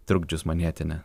trukdžius manhetene